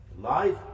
Life